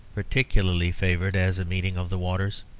particularly favoured as a meeting of the waters.